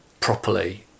properly